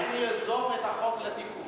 אמרתי: האם ייזום את החוק לתיקון,